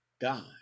God